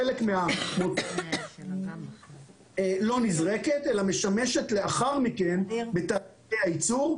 חלק מהפסולת לא נזרקת אלא משמשת לאחר מכן בתהליכי הייצור,